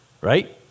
Right